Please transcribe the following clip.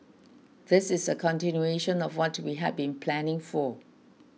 this is a continuation of what we had been planning for